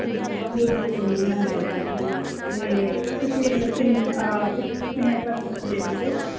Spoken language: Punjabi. ਠੀਕ ਹੈ ਕੰਪਿਊਟਰ ਦੀ ਕੋਈ ਨਾ ਮੈਂ ਨਵੀਆਂ ਲੈ ਲਊਗੀ ਅਤੇ ਤੁਸੀਂ ਮਤਲਬ ਕਿ ਕਿ ਕਿੰਨੇ ਪਰਸੈਂਟ ਤੱਕ ਦੇ ਦਓਗੇ